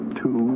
two